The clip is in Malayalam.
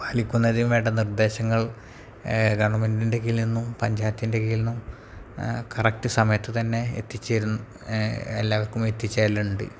പാലിക്കുന്നതിന് വേണ്ട നിർദേശങ്ങൾ കാരണം കീഴിൽ നിന്നും പഞ്ചായത്തിൻ്റെ കീഴില്നിന്നും കറക്റ്റ് സമയത്ത് തന്നെ എത്തിച്ചേരും എല്ലാർക്കും എത്തിച്ചേരലുണ്ട്